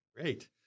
Great